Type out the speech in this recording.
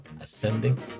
ascending